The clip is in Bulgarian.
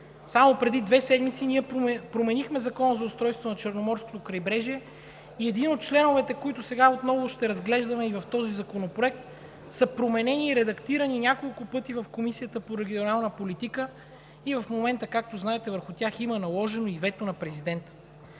Само преди две седмици ние променихме Закона за устройството на Черноморското крайбрежие и едни от членовете, които сега отново ще разглеждаме в този законопроект, са променени и редактирани няколко пъти в Комисията по регионална политика и в момента, както знаете, върху тях има наложено вето на Президента.